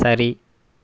சரி